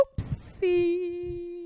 Oopsie